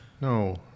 No